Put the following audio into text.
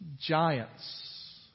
Giants